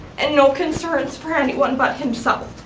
and no concerns for anyone but himself.